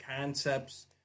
concepts